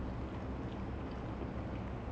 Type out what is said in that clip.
கொஞ்சம்:konjam rice போட்டு அப்புறம்:pottu appuram they put like